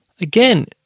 Again